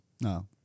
No